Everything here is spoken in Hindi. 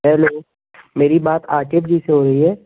हेलो मेरी बात आकिब जी से हो रही है